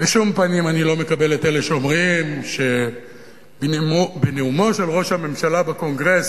בשום פנים אני לא מקבל את אלה שאומרים שבנאומו של ראש הממשלה בקונגרס